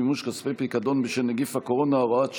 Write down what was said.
מימון כספי פיקדון בשלם נגיף הקורונה) (הוראת שעה),